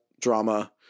drama